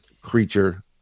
creature